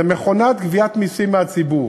זו מכונת גביית מסים מהציבור.